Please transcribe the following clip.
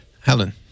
Helen